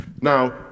Now